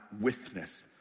witness